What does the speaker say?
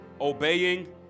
obeying